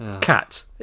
Cat